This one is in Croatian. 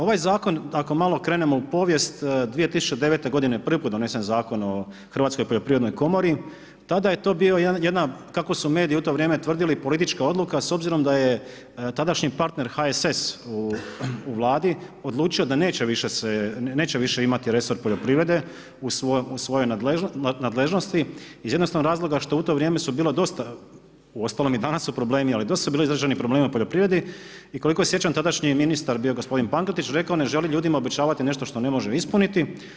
Ovaj zakon ako malo krenemo u povijest 2009. godine je prvi put donesen Zakon o Hrvatskoj poljoprivrednoj komori, tada je to bila jedna, kako su mediji u to vrijeme tvrdili politička odluka s obzirom da je tadašnji partner HSS u Vladi odlučio da neće više se, neće više imati resor poljoprivrede u svojoj nadležnosti iz jednostavnog razloga što u to vrijeme su bila dosta, uostalom i danas su problemi ali dosta su bili izraženi problemi u poljoprivredi i koliko se sjećam tadašnji ministar je bio gospodin Pankretić i rekao ne želi ljudima obećavati nešto što ne može ispuniti.